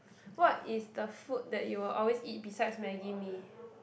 what is the food that you will always eat besides maggie mee